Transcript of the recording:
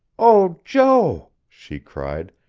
oh, joe, she cried,